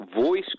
voice